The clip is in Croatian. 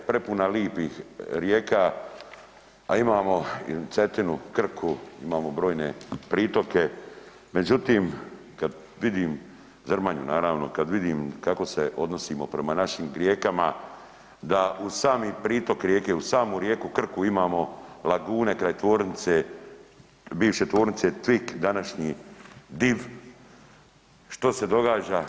Zagora je prepuna lipih rijeka, a imamo Cetinu, Krku, imamo brojne pritoke, međutim, kad vidim, Zrmanju, naravno, kad vidim kako se odnosimo prema našim rijekama da uz sami pritok rijeke, uz samu rijeku Krku imamo lagune kraj tvornice, bivše tvornice TVIK, današnji DIV, što se događa?